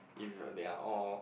if t~ they are all